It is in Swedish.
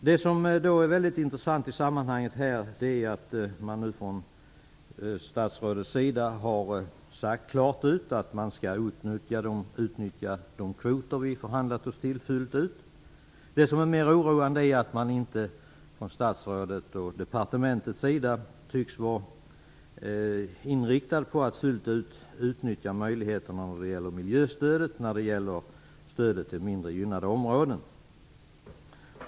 Det som då är väldigt intressant i sammanhanget här är att statsrådet klart har sagt ut att man skall utnyttja de kvoter vi förhandlat oss till fullt ut. Mera oroande är att statsrådet och departementet inte tycks vara inriktade på att fullt ut utnyttja möjligheterna vad gäller miljöstödet och stöd till mindre gynnade områden.